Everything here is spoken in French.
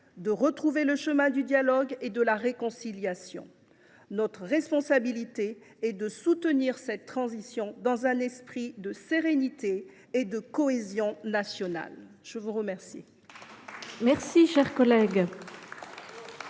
et retrouver le chemin du dialogue et de la réconciliation. Notre responsabilité est de soutenir cette transition dans un esprit de sérénité et de cohésion nationale. La parole